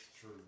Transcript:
true